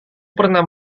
pernah